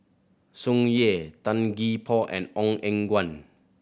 Tsung Yeh Tan Gee Paw and Ong Eng Guan